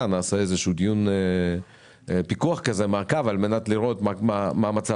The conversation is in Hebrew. נעשה איזה שהוא דיון פיקוח על מנת לראות מה מצב